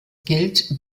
gilt